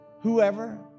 Whoever